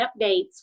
updates